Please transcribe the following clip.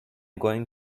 going